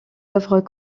œuvres